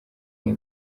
ine